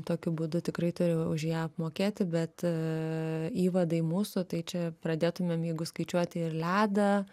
tokiu būdu tikrai turi už ją apmokėti bet įvadai mūsų tai čia pradėtumėm jeigu skaičiuoti ir ledą